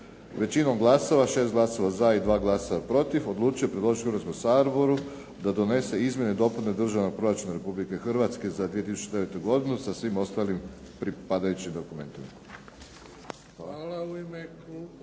većinom glasova 6 glasova za i 2 glasa protiv odlučio predložiti Hrvatskom saboru da donese izmjene i dopune Državnog proračuna Republike Hrvatske za 2009. godinu sa svim ostalim pripadajućim dokumentom.